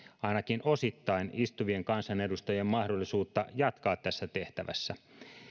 ainakin osittain istuvien kansanedustajien mahdollisuutta jatkaa tässä tehtävässä